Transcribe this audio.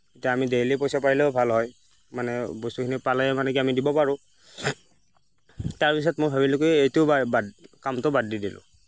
এতিয়া আমি দেইলি পইচা পালেও ভাল হয় মানে বস্তুখিনি পালে মানে কি আমি দিব পাৰোঁ তাৰ পিছত মই ভাবিলোঁ কি এইটো বাদ কামটো বাদ দি দিলোঁ